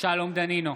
שלום דנינו,